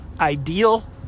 ideal